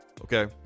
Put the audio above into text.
okay